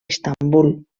istanbul